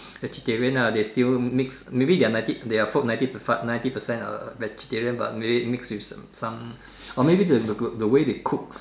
vegetarian ah they still mix maybe they are ninety they are food ninety to fart ninety percent are vegetarian but maybe mix with some or maybe the the way they cook